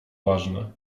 ważne